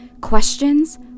Questions